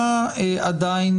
מה עדיין